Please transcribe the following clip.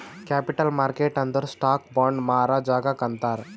capital market ಅಂದುರ್ stock, bond ಮಾರಾ ಜಾಗಾಕ್ ಅಂತಾರ್